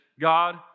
God